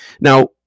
Now